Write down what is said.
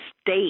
state